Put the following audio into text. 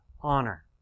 honor